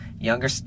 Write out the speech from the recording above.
younger